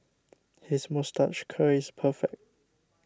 his moustache curl is perfect